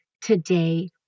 today